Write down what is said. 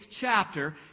chapter